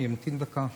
אני אמתין דקה.